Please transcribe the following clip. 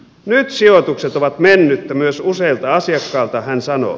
nyt sijoitukset ovat mennyttä myös useilta asiakkailta hän sanoo